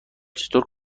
چطور